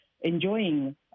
enjoying